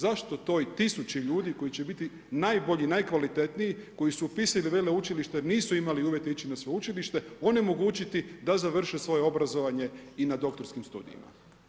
Zašto toj tisući ljudi koji će biti najbolji, najkvalitetniji, koji su upisali veleučilište jer nisu imali uvjete ići na sveučilište onemogućiti da završe svoje obrazovanje i na doktorskim studijima?